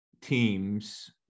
teams